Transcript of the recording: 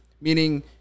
Meaning